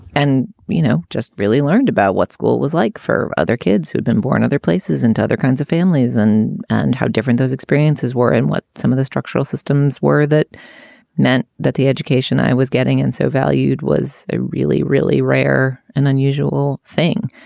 you know, just really learned about what school was like for other kids who'd been born, other places and other kinds of families and and how different those experiences were and what some of the structural systems were that meant that the education i was getting and so valued was a really, really rare and unusual thing.